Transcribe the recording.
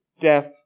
death